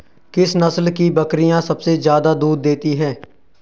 किस नस्ल की बकरीयां सबसे ज्यादा दूध देती हैं?